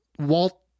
Walt-